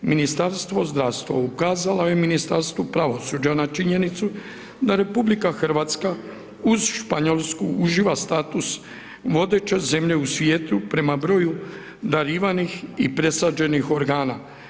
Ministarstvo zdravstva ukazalo je Ministarstvu pravosuđa na činjenicu da RH uz Španjolsku uživa status vodeće zemlje u svijetu prema broju darivanih i presađenih organa.